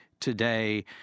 today